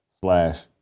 slash